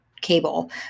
cable